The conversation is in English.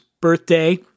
birthday